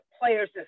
players